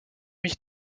mich